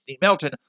Melton